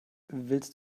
willst